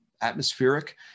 atmospheric